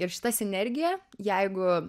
ir šita sinergija jeigu